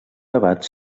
debat